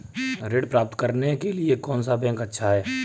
ऋण प्राप्त करने के लिए कौन सा बैंक अच्छा है?